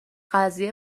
قضیه